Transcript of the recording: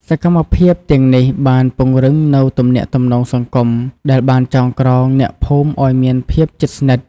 សកម្មភាពទាំងនេះបានពង្រឹងនូវទំនាក់ទំនងសង្គមដែលបានចងក្រងអ្នកភូមិឲ្យមានភាពជិតស្និទ្ធ។